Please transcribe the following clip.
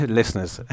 listeners